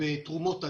בתרומות הדם.